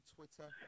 Twitter